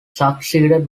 succeeded